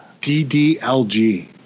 DDLG